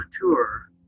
mature